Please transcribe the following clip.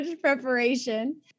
preparation